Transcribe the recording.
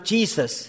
Jesus